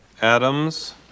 Adams